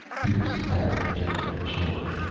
peterson patted him gently on the shoulder.